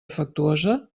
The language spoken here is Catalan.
afectuosa